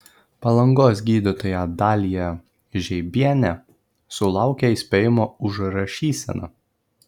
palangos gydytoja dalija žeibienė sulaukė įspėjimo už rašyseną